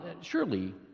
surely